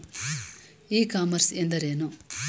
E commerce ಎಂದರೇನು?